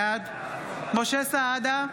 בעד משה סעדה,